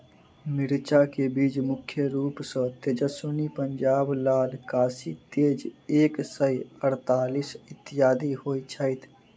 मिर्चा केँ बीज मुख्य रूप सँ तेजस्वनी, पंजाब लाल, काशी तेज एक सै अड़तालीस, इत्यादि होए छैथ?